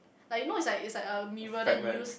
like you know it's like it's like a mirror then you use